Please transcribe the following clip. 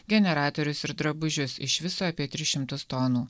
generatorius ir drabužius iš viso apie tris šimtus tonų